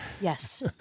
Yes